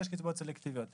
ויש קצבאות סלקטיביות.